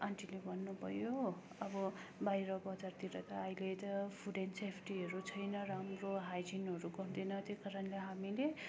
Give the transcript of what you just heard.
आन्टीले भन्नुभयो अब बाहिर बजारतिर त अहिले त फुड एन्ड सेफ्टीहरू छैन राम्रो हाइजिनहरू गर्दैन त्यही कारणले हामीले